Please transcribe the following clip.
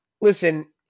listen